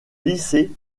lycée